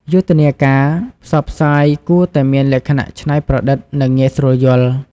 យុទ្ធនាការផ្សព្វផ្សាយគួរតែមានលក្ខណៈច្នៃប្រឌិត និងងាយស្រួលយល់។